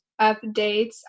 updates